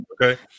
okay